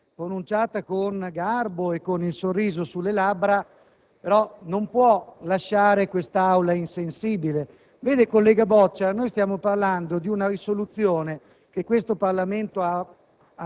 pronunciata con garbo e con il sorriso sulle labbra, non può lasciare quest'Aula insensibile. Vede, collega Boccia, noi stiamo parlando di una risoluzione che questo Senato ha approvato